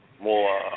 more